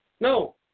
No